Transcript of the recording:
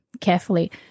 carefully